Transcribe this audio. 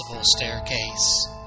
staircase